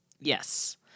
yes